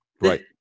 Right